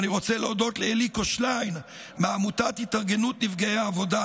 אני רוצה להודות לאליקו שליין מעמותת התארגנות נפגעי העבודה.